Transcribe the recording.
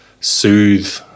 soothe